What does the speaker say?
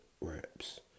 wraps